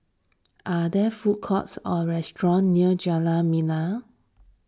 are there food courts or restaurants near Jalan Membina